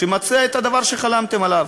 שמציע את הדבר שחלמתם עליו,